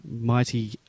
mighty